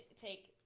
take